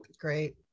Great